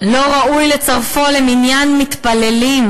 "לא ראוי לצרפו למניין מתפללים,